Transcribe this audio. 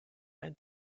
and